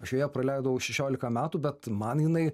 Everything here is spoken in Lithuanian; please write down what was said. aš joje praleidau šešiolika metų bet man jinai